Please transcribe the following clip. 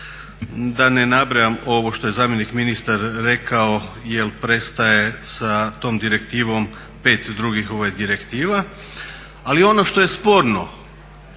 Da ne nabrajam ovo što je zamjenik ministra rekao jer prestaje sa tom direktivom pet drugih direktiva. Ali ono što je sporno,